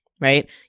right